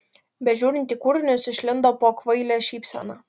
bežiūrint į kūrinius išlindo pokvailė šypsena